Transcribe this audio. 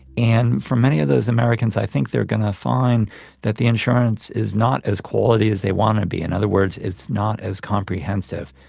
and for many of those americans i think they're going to find that the insurance is not as quality as they want to be. in other words, it's not as comprehensive.